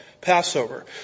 Passover